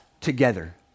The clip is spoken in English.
together